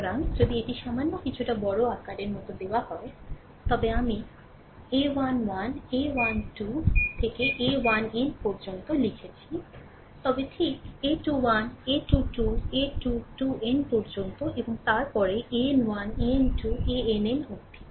সুতরাং যদি এটি সামান্য কিছুটা বড় আকারের মতো দেওয়া হয় তবে আমি a1 1 a1 2 থেকে a1n পর্যন্ত লিখেছি তবে ঠিক a21 a2 2 a2 2n পর্যন্ত এবং তারপরে an 1 an 2 ann অবধি